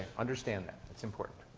understand that. that's important.